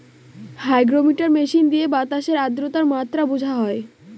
hygrometer machine দিয়ে বাতাসের আদ্রতার মাত্রা বোঝা হয়